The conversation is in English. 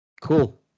cool